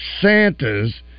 Santas